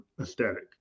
aesthetic